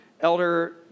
elder